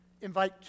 Invite